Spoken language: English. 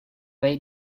way